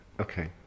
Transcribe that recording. Okay